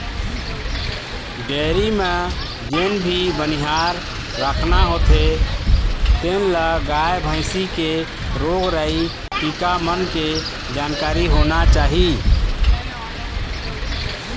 dairy म जेन भी बनिहार राखना होथे तेन ल गाय, भइसी के रोग राई, टीका मन के जानकारी होना चाही